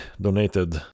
donated